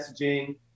messaging